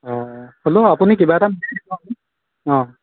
অ' হ'ল'ও আপুনি কিবা এটা অ'